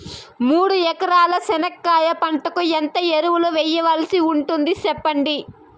మూడు ఎకరాల చెనక్కాయ పంటకు ఎంత ఎరువులు వేయాల్సి ఉంటుంది సెప్పండి?